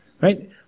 right